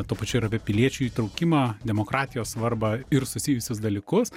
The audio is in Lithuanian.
tuo pačiu ir apie piliečių įtraukimą demokratijos svarbą ir susijusius dalykus